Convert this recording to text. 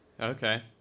Okay